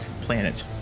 planet